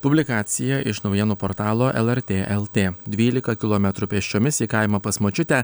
publikacija iš naujienų portalo lrt lt dvylika kilometrų pėsčiomis į kaimą pas močiutę